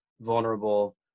vulnerable